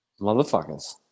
Motherfuckers